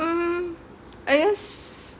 um I guess